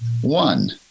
One